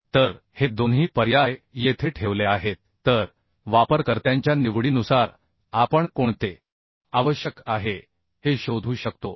तर हे दोन्ही पर्याय येथे ठेवले आहेत तर वापरकर्त्यांच्या निवडीनुसार आपण कोणते आवश्यक आहे हे शोधू शकतो